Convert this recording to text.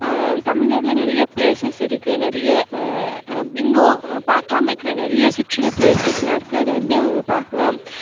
தமிழ்நாட்டில் நிறைய ப்ளேஸஸ் இருக்குது நிறைய இன்னும் பார்க்காம இருக்கிற நிறைய சுற்றுலா பிளேஸஸெலாம் இருக்குது அது வந்து அவங்க பார்க்கலாம்